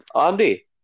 Andy